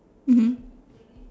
mmhmm